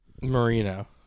Marino